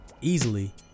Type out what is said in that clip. Easily